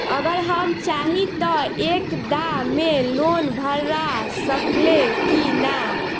अगर हम चाहि त एक दा मे लोन भरा सकले की ना?